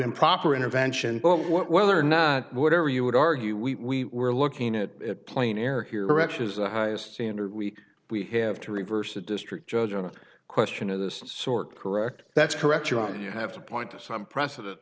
improper intervention whether or not whatever you would argue we were looking at it plain eric erection is the highest standard week we have to reverse a district judge on a question of this sort correct that's correct your honor you have to point to some precedent